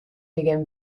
begin